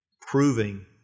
proving